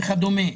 וכדומה.